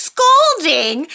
Scolding